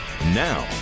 Now